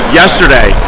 yesterday